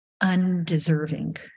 undeserving